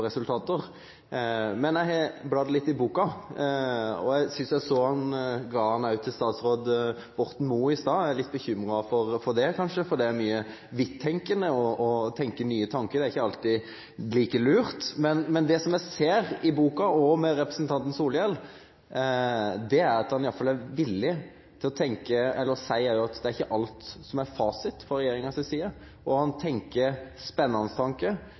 resultater. Jeg har bladd litt i boken, og jeg syntes jeg så ham gi den til statsråd Borten Moe i stad. Jeg er kanskje litt bekymret for det, for det er mye vidttenkende i den, og det å tenke nye tanker er ikke alltid like lurt. Men det som jeg ser i boken, og hos representanten Solhjell, er at han i hvert fall er villig til å si at det er ikke alt som er fasit fra regjeringens side, og han tenker spennende